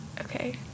Okay